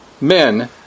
men